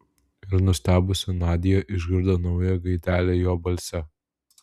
ir nustebusi nadia išgirdo naują gaidelę jo balse